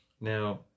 Now